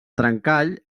trencall